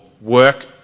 work